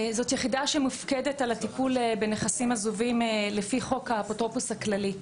זו יחידה שמופקדת על הטיפול בנכסים עזובים לפי חוק האפוטרופוס הכללי.